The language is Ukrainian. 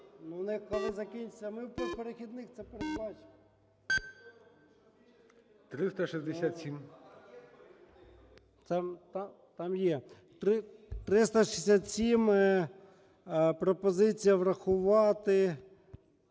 367. Пропозиція врахувати.